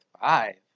five